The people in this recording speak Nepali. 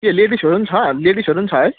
के लेडिसहरू छ लेडिसहरू छ है